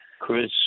Chris